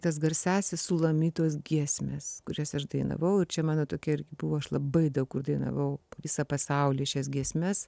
tas garsiąsias sulamitos giesmes kurias aš dainavau ir čia mano tokia irgi buvo aš labai daug kur dainavau visą pasaulį šias giesmes